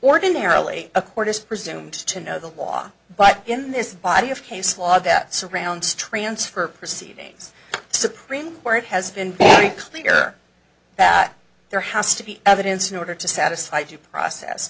ordinarily a court is presumed to know the law but in this body of case law that surrounds transfer proceedings supreme court has been clear that there has to be evidence in order to satisfy due process